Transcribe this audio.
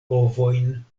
ovojn